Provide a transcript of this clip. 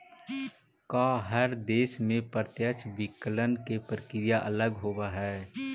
का हर देश में प्रत्यक्ष विकलन के प्रक्रिया अलग होवऽ हइ?